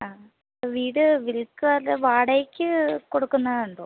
ആ വീട് വില്ക്കാതെ വാടകയ്ക്ക് കൊടുക്കുന്നതുണ്ടോ